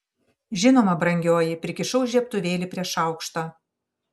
žinoma brangioji prikišau žiebtuvėlį prie šaukšto